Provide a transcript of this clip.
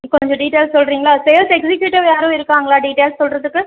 கொஞ்சம் டீட்டெயில் சொல்கிறீங்களா sales executive யாரும் இருக்காங்களா டீட்டெயில்ஸ் சொல்கிறதுக்கு